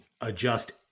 adjust